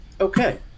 okay